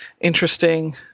Interesting